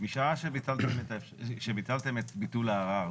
משעה שביטלתם את ביטול הערר,